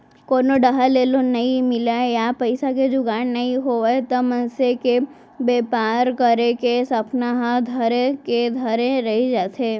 कोनो डाहर ले लोन नइ मिलय या पइसा के जुगाड़ नइ होवय त मनसे के बेपार करे के सपना ह धरे के धरे रही जाथे